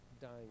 dying